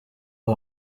ubu